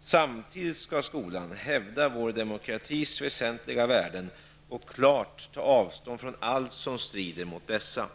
Samtidigt skall skolan hävda vår demokratis väsentliga värden och klart ta avstånd från allt som strider mot dessa.